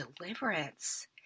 deliverance